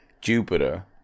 Jupiter